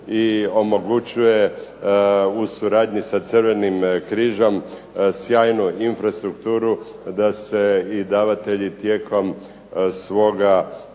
i omogućuje u suradnji sa Crvenim križom sjajnu infrastrukturu da se i davatelji tijekom svoga